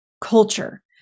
culture